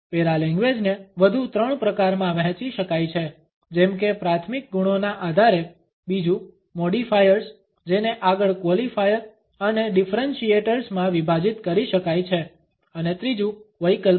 પેરાલેંગ્વેજને વધુ ત્રણ પ્રકારમાં વહેંચી શકાય છે જેમકે પ્રાથમિક ગુણોના આધારે બીજું મોડિફાયર્સ જેને આગળ ક્વોલિફાયર અને ડિફરેન્શીએટર્સ માં વિભાજિત કરી શકાય છે અને ત્રીજું વૈકલ્પો